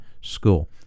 school